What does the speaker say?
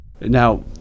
Now